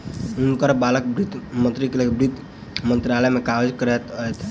हुनकर बालक वित्त मंत्रीक लेल वित्त मंत्रालय में काज करैत छैथ